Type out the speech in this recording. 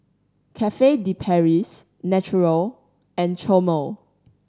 Cafe De Paris Naturel and Chomel